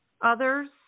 others